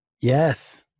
Yes